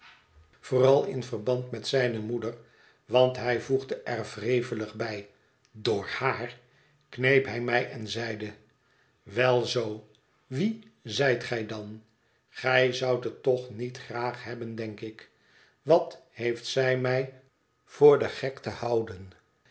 vooral in verband met zijne moeder want hij voegde er wrevelig bij door haar kneep hij mij en zeide wel zoo wie zijt gij dan gij zoudt het toch ook niet graag hebben denk ik wat heeft zij mij voor den gek te houden